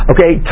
Okay